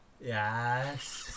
Yes